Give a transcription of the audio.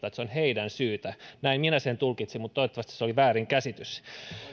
että se on heidän syytään näin minä sen tulkitsin mutta toivottavasti se oli väärinkäsitys